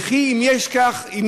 וכי אם יש סמים,